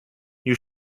you